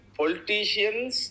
politicians